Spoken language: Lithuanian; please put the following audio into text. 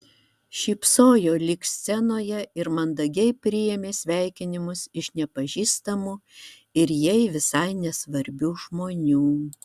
šypsojo lyg scenoje ir mandagiai priėmė sveikinimus iš nepažįstamų ir jai visai nesvarbių žmonių